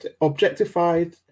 objectified